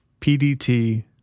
pdt